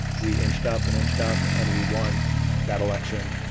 we inched up and inched up and we won that election,